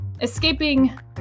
escaping